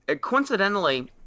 coincidentally